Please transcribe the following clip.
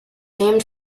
named